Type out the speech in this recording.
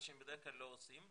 מה שבדרך כלל לא עושים,